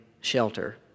shelter